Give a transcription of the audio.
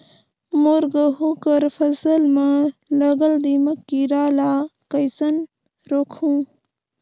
मोर गहूं कर फसल म लगल दीमक कीरा ला कइसन रोकहू?